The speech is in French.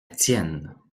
tienne